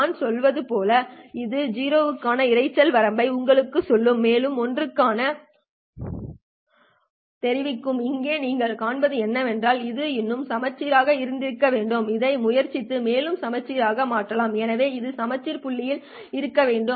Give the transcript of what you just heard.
நான் சொன்னது போல் இது 0 க்கான இரைச்சல் வரம்பை உங்களுக்குச் சொல்லும் மேலும் 1 க்கான இரைச்சல் வரம்பை உங்களுக்குத் தெரிவிக்கும் இங்கே நீங்கள் காண்பது என்னவென்றால் இது இன்னும் சமச்சீராக இருந்திருக்க வேண்டும் இதை முயற்சித்து மேலும் சமச்சீராக மாற்றலாம் எனவே இது சமச்சீர் புள்ளியில் இருக்க வேண்டும்